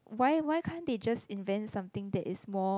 why why can't they just invent something that is more